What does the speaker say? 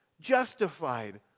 justified